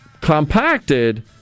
compacted